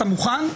אתה מוכן?